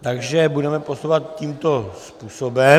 Takže budeme postupovat tímto způsobem.